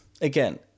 again